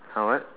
!huh! what